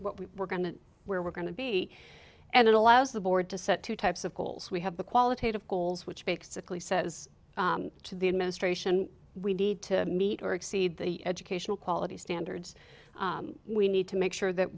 what we were going to where we're going to be and it allows the board to set two types of goals we have the qualitative goals which basically says to the administration we need to meet or exceed the educational quality standards we need to make sure that